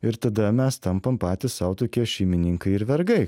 ir tada mes tampam patys sau tokie šeimininkai ir vergai